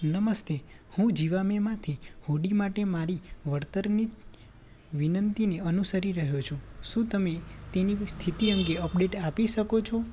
નમસ્તે હું ઝિવામેમાંથી હૂડી માટે મારી વળતરની વિનંતીને અનુસરી રહ્યો છું શું તમે તેની સ્થિતિ અંગે અપડેટ આપી શકો છો